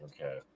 Okay